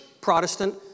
Protestant